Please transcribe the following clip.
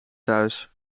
thuis